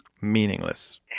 meaningless